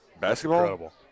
Basketball